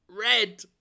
Red